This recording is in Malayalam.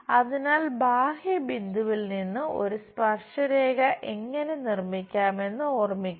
അതിനാൽ ബാഹ്യ ബിന്ദുവിൽ നിന്ന് ഒരു സ്പർശരേഖ എങ്ങനെ നിർമ്മിക്കാമെന്ന് ഓർമ്മിക്കുക